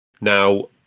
Now